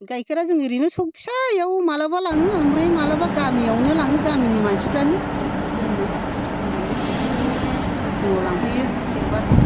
गाइखेरा जों ओरैनो चक फिसायाव माब्लाबा लाङो ओमफ्राय माब्लाबा गामियावनो लाङो गामिनि मानसिफ्रानो लोंनो ओरैनो फुं फुङाव लांफैयो सेरबाथाय